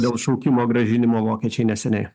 dėl šaukimo grąžinimo vokiečiai neseniai